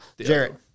Jared